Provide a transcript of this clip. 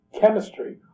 chemistry